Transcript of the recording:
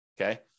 Okay